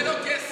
זה לא כסף.